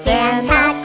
Santa